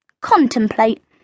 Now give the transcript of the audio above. contemplate